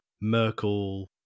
Merkel